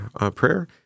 prayer